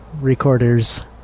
recorders